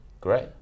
Great